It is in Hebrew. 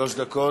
מהמחוז,